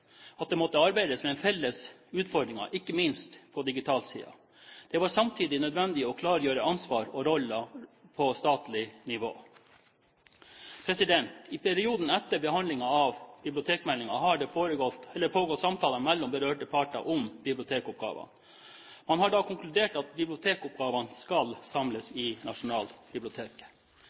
arbeides med felles utfordringer, ikke minst på digitalsiden. Det var samtidig nødvendig å klargjøre ansvar og roller på statlig nivå. I perioden etter behandlingen av bibliotekmeldingen har det pågått samtaler mellom berørte parter om bibliotekoppgavene. Man har konkludert med at bibliotekoppgavene skal samles i